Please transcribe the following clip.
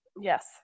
yes